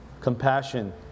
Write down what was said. compassion